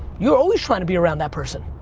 you're always trying to be around that person.